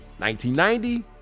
1990